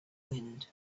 wind